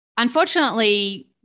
Unfortunately